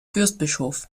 fürstbischof